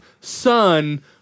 son